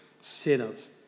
sinners